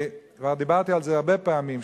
כבר דיברתי על זה הרבה פעמים,